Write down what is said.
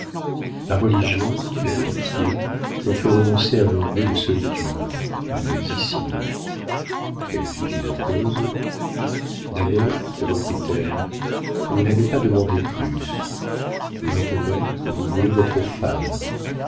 la religion la pitié m'ont fait renoncer à mon vœu de solitude vous êtes ici elle fit une pause d'abord reprit-elle vous n'avez pas demandé plus maintenant vous voulez votre femme